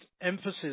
emphasis